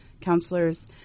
counselors